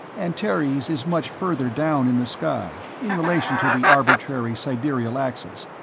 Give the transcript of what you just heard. antares is much further down in the sky, in relation to the arbitrary sidereal axis,